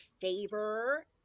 favor